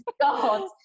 God